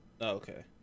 Okay